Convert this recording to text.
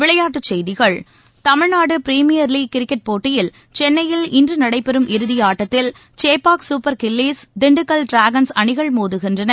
விளையாட்டுச் செய்தி Tamil Nadu Premier League cricket போட்டியில் சென்னையில் இன்று நடைபெறும் இறுதியாட்டத்தில் Chepauk Super Gillies Dindigul Dragons அணிகள் மோதுகின்றன